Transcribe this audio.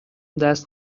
دست